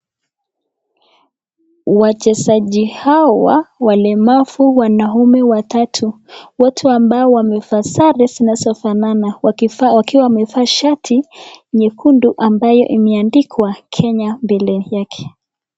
Wachezaji hawa walemavu wanaume watatu wote ambao wamevaa sare zinazofanana wakiwa wamevaa shati nyekundu ambayo imeandikwa Kenya mbele yake.